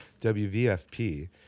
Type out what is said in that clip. wvfp